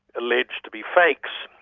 alleged to be fakes.